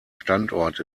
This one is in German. standort